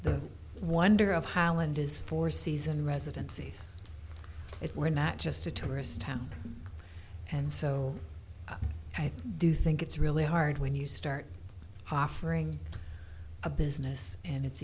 the wonder of holland is for season residencies if we're not just a tourist town and so i do think it's really hard when you start offering a business and it's